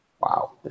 wow